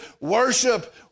worship